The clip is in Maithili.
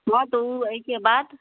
हँ तऽ ओ एहिके बाद